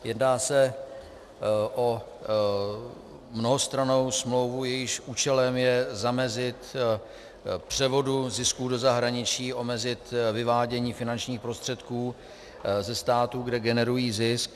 Jedná se o mnohostrannou smlouvu, jejímž účelem je zamezit převodu zisků do zahraničí, omezit vyvádění finančních prostředků ze státu, kde generují zisk.